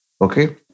Okay